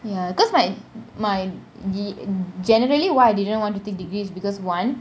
ya because my my g~ generally why didn't wanted take degree is because one